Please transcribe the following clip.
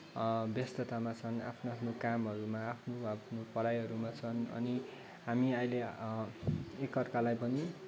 व्यस्ततामा छन् आफ्नो आफ्नो कामहरूमा आफ्नो आफ्नो पढाइहरूमा छन् अनि हामी अहिले एक अर्कालाई पनि